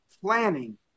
planning